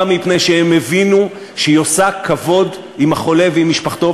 מפני שהם הבינו שהיא עושה כבוד לחולה ולמשפחתו.